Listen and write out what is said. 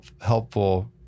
helpful